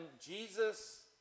Jesus